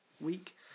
week